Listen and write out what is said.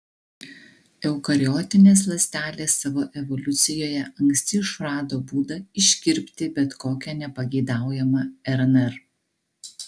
eukariotinės ląstelės savo evoliucijoje anksti išrado būdą iškirpti bet kokią nepageidaujamą rnr